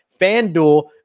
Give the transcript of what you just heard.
FanDuel